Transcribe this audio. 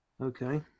Okay